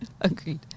Agreed